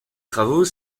travaux